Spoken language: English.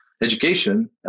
education